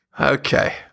Okay